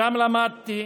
שם למדתי,